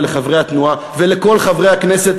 ולחברי התנועה ולכל חברי הכנסת,